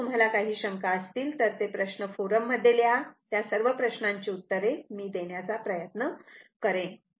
जर तुम्हाला काही शंका असतील तर हे ते प्रश्न फोरम मध्ये लिहा त्या सर्व प्रश्नांची उत्तरे मी देण्याचा प्रयत्न करेन